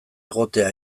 egotea